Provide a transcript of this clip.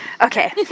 Okay